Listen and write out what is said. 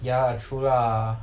ya true lah